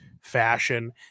fashion